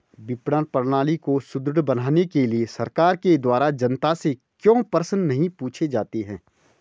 विपणन प्रणाली को सुदृढ़ बनाने के लिए सरकार के द्वारा जनता से क्यों प्रश्न नहीं पूछे जाते हैं?